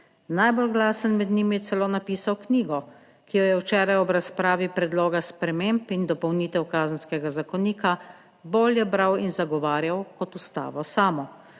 Najbolj glasen med njimi je celo napisal knjigo, ki jo je včeraj ob razpravi predloga sprememb in dopolnitev Kazenskega zakonika bolje bral in zagovarjal kot Ustavo samo.